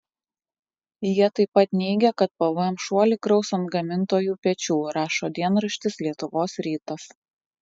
jie taip pat neigia kad pvm šuolį kraus ant gamintojų pečių rašo dienraštis lietuvos rytas